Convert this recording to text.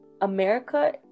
america